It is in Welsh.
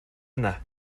yna